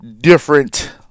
different